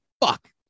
Fuck